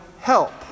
help